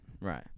Right